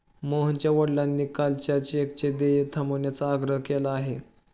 मोहनच्या वडिलांनी कालच्या चेकचं देय थांबवण्याचा आग्रह केला आहे